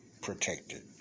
protected